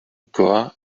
goa